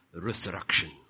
resurrection